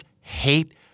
hate